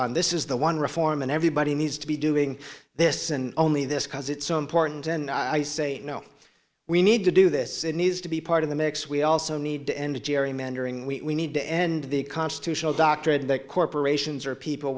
on this is the one reform and everybody needs to be doing this and only this because it's so important and i say no we need to do this it needs to be part of the mix we also need to end gerrymandering we need to end the constitutional doctrine that corporations are people